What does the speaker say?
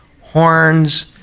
Horns